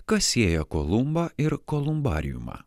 kas sieja kolumbą ir kolumbariumą